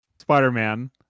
Spider-Man